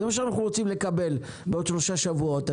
זה מה שאנחנו רוצים לקבל בעוד שלושה שבועות.